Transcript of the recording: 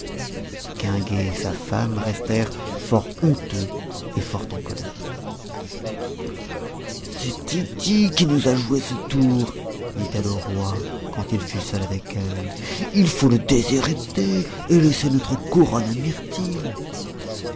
et sa femme restèrent fort honteux et fort en colère c'est tity qui nous a joué ce tour dit-elle au roi quand il fut seul avec elle il faut le déshériter et laisser notre couronne